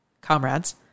Comrades